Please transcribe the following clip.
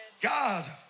God